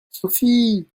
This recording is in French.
sophie